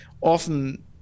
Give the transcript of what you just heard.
often